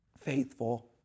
faithful